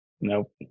nope